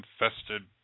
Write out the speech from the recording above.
infested